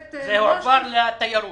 זה הועבר לתיירות.